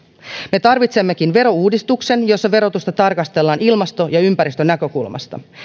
me tarvitsemmekin verouudistuksen jossa verotusta tarkastellaan ilmasto ja ympäristönäkökulmasta